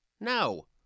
No